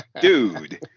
dude